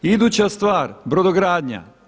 Iduća stvar brodogradnja.